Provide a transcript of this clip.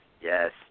Yes